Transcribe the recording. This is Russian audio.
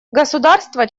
государства